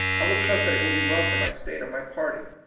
i will trust that it will be well for my state or my party.